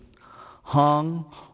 hung